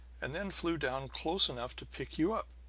and then flew down close enough to pick you up.